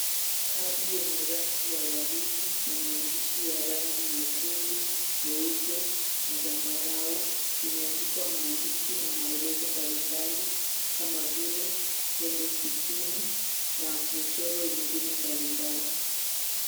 kadi yenye rangi ya waridi na maandishi ya rangi nyekundu, nyeupe na zambarau imeandikwa maandishi na maelezo mbalimbali kama vile tembe sitini na michoro ingine mbalimbali.